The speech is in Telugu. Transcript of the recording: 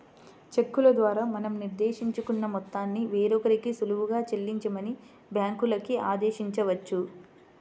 చెక్కుల ద్వారా మనం నిర్దేశించుకున్న మొత్తాన్ని వేరొకరికి సులువుగా చెల్లించమని బ్యాంకులకి ఆదేశించవచ్చు